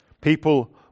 People